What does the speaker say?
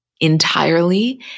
entirely